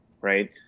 right